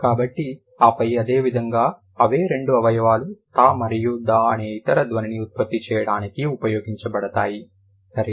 కాబట్టి ఆపై అదే విధంగా అవే రెండు అవయవాలు థా మరియు దా అనే ఇతర ధ్వనిని ఉత్పత్తి చేయడానికి ఉపయోగించబడతాయి సరేనా